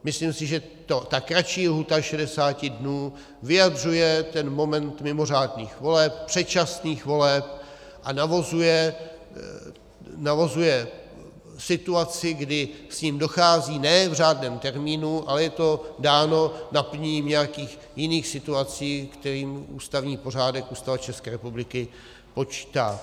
Myslím si, že ta kratší lhůta 60 dnů vyjadřuje ten moment mimořádných voleb, předčasných voleb, a navozuje situaci, kdy k nim dochází nejen v řádném termínu, ale je to dáno naplněním nějakých jiných situací, s kterými ústavní pořádek, Ústava České republiky počítá.